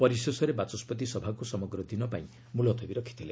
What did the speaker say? ପରିଶେଷରେ ବାଚସ୍କତି ସଭାକୁ ସମଗ୍ର ଦିନ ପାଇଁ ମୁଲତବୀ ରଖିଥିଲେ